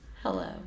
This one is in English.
Hello